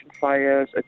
fires